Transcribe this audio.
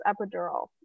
epidural